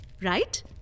Right